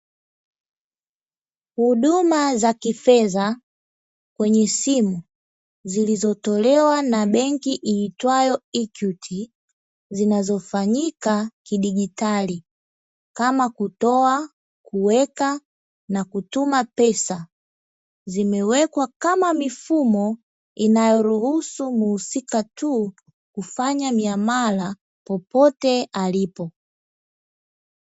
Huduma za kifedha kwenye simu zilizotolewa na benki iitwayo "EQUITY" zinazofanyika kidigitali kama kutoa, kuweka, na kutuma pesa zimewekwa kama mifumo inayoruhusu muhusika tu kufanya miamala popote alipo.